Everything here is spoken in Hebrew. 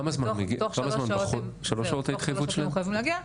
תוך שלוש שעות הם מחויבים להגיע.